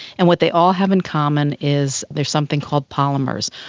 and what they all have in common is they are something called polymers,